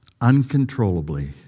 Uncontrollably